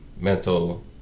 mental